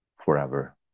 forever